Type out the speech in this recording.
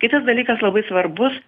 kitas dalykas labai svarbus